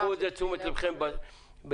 קחו את זה לתשומת לבכם ברגיעה,